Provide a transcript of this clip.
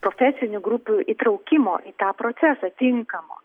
profesinių grupių įtraukimo į tą procesą tinkamo